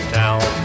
town